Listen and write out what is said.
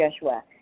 Joshua